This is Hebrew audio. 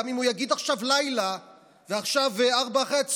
גם אם הוא יגיד שעכשיו לילה ועכשיו 16:00